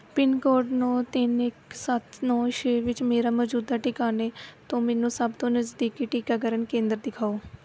pin code ਨੌਂ ਤਿੰਨ ਇੱਕ ਸੱਤ ਨੌਂ ਛੇ ਵਿੱਚ ਮੇਰੇ ਮੌਜੂਦਾ ਟਿਕਾਣੇ ਤੋਂ ਮੈਨੂੰ ਸਭ ਤੋਂ ਨਜ਼ਦੀਕੀ ਟੀਕਾਕਰਨ ਕੇਂਦਰ ਦਿਖਾਓ